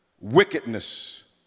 wickedness